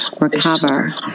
recover